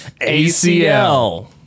acl